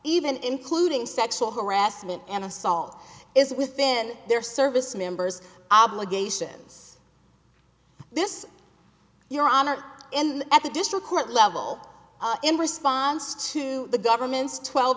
even including sexual harassment and assault is within their service members obligations this your honor in at the district court level in response to the government's twelve